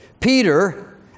Peter